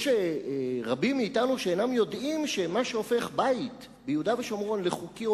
יש רבים מאתנו שאינם יודעים שמה שהופך בית ביהודה ושומרון לחוקי או